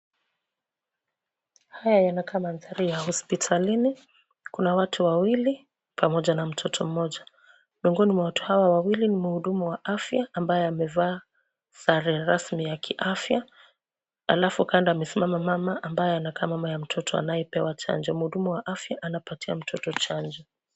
Haya yanakaa manthari ya hospitalini; kuna watu wawili pamoja na mtoto mmoja. Miongoni mwa watu hawa wawili ni muhudumu wa afya ambaye amevaa sare rasmi ya kiafya; kando amesimama mama ambaye anakaa, mama ya mtoto anayepewa chanjo. Muhudumu wa afya anapatia mtoto chanjo.